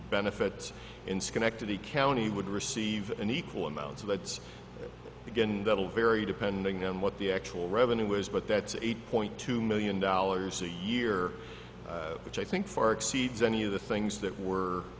benefits in schenectady county would receive an equal amount of let's begin that will vary depending on what the actual revenue is but that's eight point two million dollars a year which i think far exceeds any of the things that were